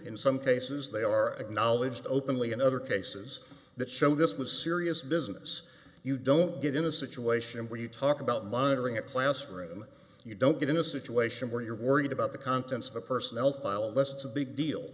in some cases they are acknowledged openly in other cases that show this was serious business you don't get in a situation where you talk about monitoring a classroom you don't get in a situation where you're worried about the contents of the personnel file that's a big deal